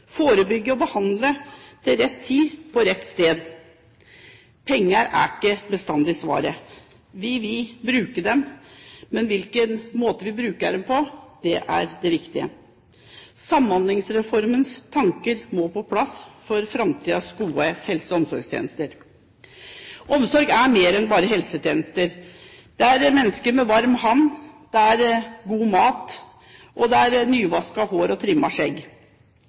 forebygge og behandle til rett tid på rett sted. Penger er ikke bestandig svaret. Vi vil bruke dem, men hvilken måte vi bruker dem på, er det viktige. Samhandlingsreformens tanker må på plass for framtidens gode helse- og omsorgstjenester. Omsorg er mer enn bare helsetjenester. Det er mennesker med en varm hånd, det er god mat, og det er nyvasket hår og